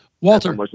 Walter